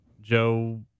Joe